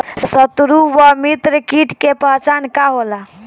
सत्रु व मित्र कीट के पहचान का होला?